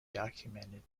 documented